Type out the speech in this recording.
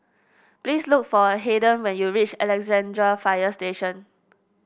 please look for Haden when you reach Alexandra Fire Station